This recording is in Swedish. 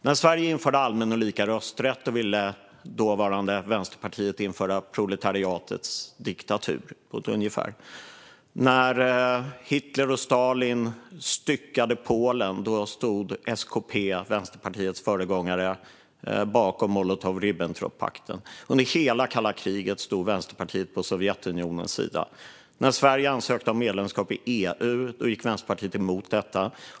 När Sverige införde allmän och lika rösträtt ville dåvarande Vänsterpartiet införa proletariatets diktatur, ungefär. När Hitler och Stalin styckade Polen stod SKP, Vänsterpartiets föregångare, bakom Molotov-Ribbentrop-pakten. Under hela kalla kriget stod Vänsterpartiet på Sovjetunionens sida. När Sverige ansökte om medlemskap i EU gick Vänsterpartiet emot detta.